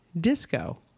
Disco